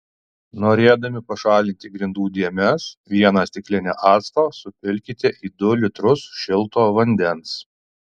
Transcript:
norėdami pašalinti grindų dėmes vieną stiklinę acto supilkite į du litrus šilto vandens